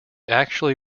actually